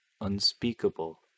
unspeakable